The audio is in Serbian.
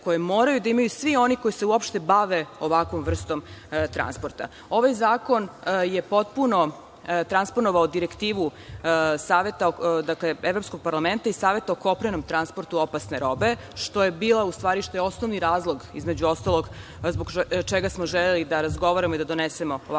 koje moraju da imaju svi oni koji se uopšte bave ovakvom vrstom transporta. Ovaj zakon je potpuno transponovao Direktivu Evropskog parlamenta i Saveta o kopnenom transportu opasne robe, što je osnovni razlog, između ostalog, zbog čega smo želeli da razgovaramo i da donesemo ovakav